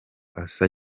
asa